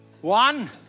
One